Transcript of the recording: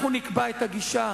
אנחנו נקבע את הגישה,